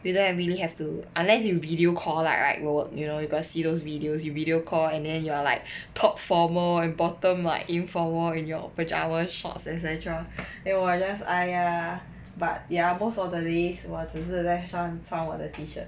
you don't really have to unless you video call lah right your work you know you got see those videos you video call and then you are like top formal and bottom like informal in your pyjamas shorts et cetera and 我 just !aiya! but ya most of the days 我只是再穿穿我的 T-shirt